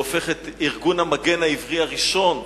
שהופך את ארגון המגן העברי הראשון,